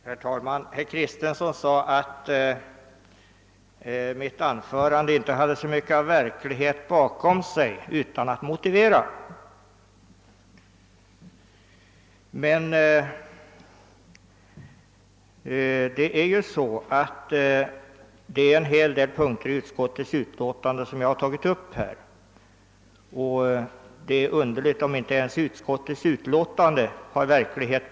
Herr talman! Herr Kristenson sade utan att motivera det att det inte fanns så mycket av verklighet bakom mitt anförande. Jag har emellertid tagit upp en hel del av punkterna i utskottets utlåtande, och det vore underligt om herr Kristenson skulle anse att det inte ens bakom detta ligger något av verklighet.